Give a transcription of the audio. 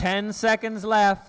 ten seconds left